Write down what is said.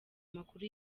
amakuru